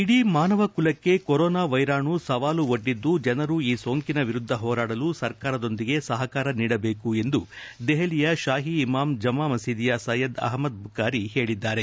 ಇಡೀ ಮಾನವ ಕುಲಕ್ಷೆ ಕೊರೋನಾ ವ್ಯೆರಾಣು ಸವಾಲು ಒಡ್ಡಿದ್ದು ಜನರು ಈ ಸೋಂಕಿನ ವಿರುದ್ದ ಹೋರಾಡಲು ಸರ್ಕಾರದೊಂದಿಗೆ ಸಹಕಾರ ನೀಡಬೇಕು ಎಂದು ದೆಹಲಿಯ ಶಾಹಿ ಇಮಾಮ್ ಜಾಮಾ ಮಸೀದಿಯ ಸಯ್ಯದ್ ಅಹಮ್ನದ್ ಬುಕಾರಿ ಹೇಳಿದ್ದಾರೆ